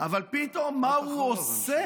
אבל פתאום "מה הוא עושה"?